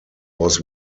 was